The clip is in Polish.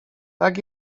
tak